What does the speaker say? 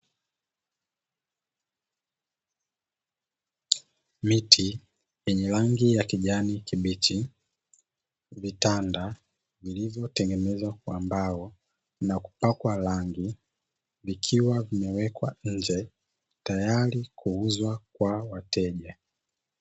Miti yenye rangi ya kijani kibichi, vitanda vilivyotengenezwa kwa mbao na kupakwa rangi vikiwa vimewekwa nje tayari kuuzwa kwa wateja.